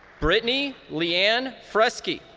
brittany leann fresky.